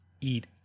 eat